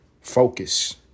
Focus